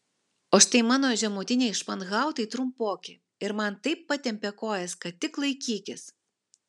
o štai mano žemutiniai španhautai trumpoki ir man taip patempė kojas kad tik laikykis